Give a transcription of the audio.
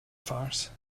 farce